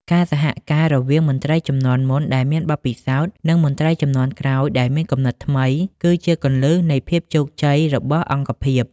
ការសហការរវាងមន្ត្រីជំនាន់មុនដែលមានបទពិសោធន៍ និងមន្ត្រីជំនាន់ក្រោយដែលមានគំនិតថ្មី គឺជាគន្លឹះនៃភាពជោគជ័យរបស់អង្គភាព។